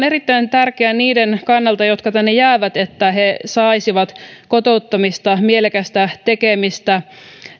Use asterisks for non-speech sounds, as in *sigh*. *unintelligible* erittäin tärkeää niiden kannalta jotka tänne jäävät että he saisivat kotouttamista mielekästä tekemistä